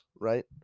right